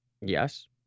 Yes